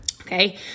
okay